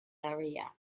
area